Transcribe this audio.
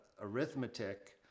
arithmetic